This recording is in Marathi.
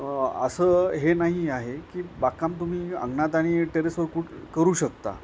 असं हे नाही आहे की बागकाम तुम्ही अंगणात आणि टेरेसवर कु करू शकता